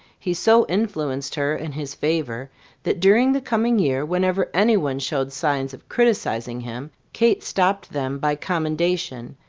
he so influenced her in his favour that during the coming year whenever any one showed signs of criticising him, kate stopped them by commendation,